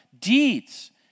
deeds